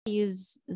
use